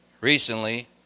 Recently